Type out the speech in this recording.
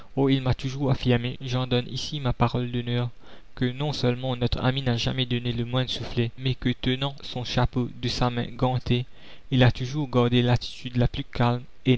il m'a toujours affirmé j'en donne ici ma parole d'honneur que non seulement notre ami n'a jamais donné le moindre soufflet mais que tenant son chapeau de sa main gantée il a toujours gardé l'attitude la plus calme